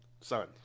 son